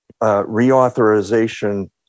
reauthorization